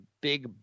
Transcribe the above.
big